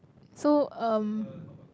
so um